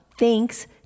thanks